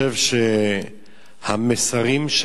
אדוני היושב-ראש, אני חושב שהמסרים שמעבירים